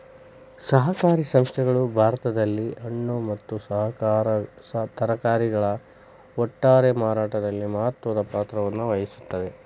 ಸಹಕಾರಿ ಸಂಸ್ಥೆಗಳು ಭಾರತದಲ್ಲಿ ಹಣ್ಣು ಮತ್ತ ತರಕಾರಿಗಳ ಒಟ್ಟಾರೆ ಮಾರಾಟದಲ್ಲಿ ಮಹತ್ವದ ಪಾತ್ರವನ್ನು ವಹಿಸುತ್ತವೆ